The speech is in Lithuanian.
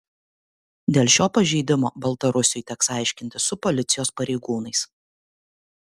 dėl šio pažeidimo baltarusiui teks aiškintis su policijos pareigūnais